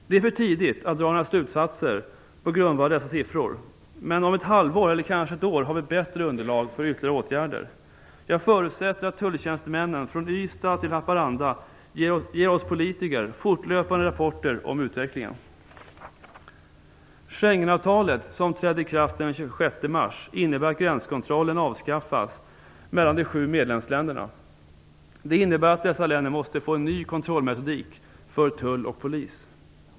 Det är för tidigt att dra några slutsatser på grundval av dessa siffror, men om ett halvår eller kanske ett år har vi ett bättre underlag för ytterligare åtgärder. Jag förutsätter att tulltjänstemännen från Ystad till Haparanda ger oss politiker fortlöpande rapporter om utvecklingen. Schengenavtalet som trädde i kraft den 26 mars innebär att gränskontrollen avskaffas mellan de sju medlemsländerna. Det innebär att dessa länder måste få en ny kontrollmetodik för tull och polis.